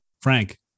Frank